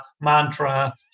mantra